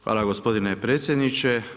Hvala gospodine predsjedniče.